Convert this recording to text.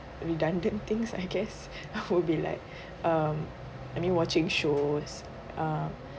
redundant things I guess who'll be like um I mean watching shows uh